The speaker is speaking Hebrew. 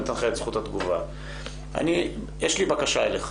בקשה אליך.